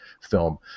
film